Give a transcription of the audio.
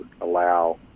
allow